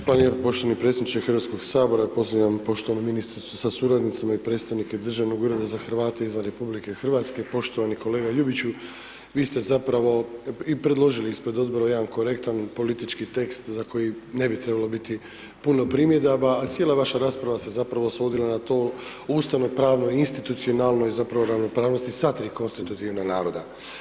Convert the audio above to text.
Hvala lijepo poštovani predsjedniče Hrvatskog sabora, pozdravljam poštovanu ministricu sa suradnicima i predstavnike Državnog ureda za Hrvate izvan RH, poštovani kolega Ljubiću, vi ste zapravo i predložili ispred odbora, jedan korektan politički tekst, za koji ne bi trebalo biti puno primjedaba, a cijela vaša rasprava se zapravo svodila na to, Ustavno pravno, institucionalno i zapravo ravnopravnosti sva 3 konstitutivna naroda.